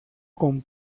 con